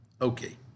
Okay